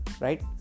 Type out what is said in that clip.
right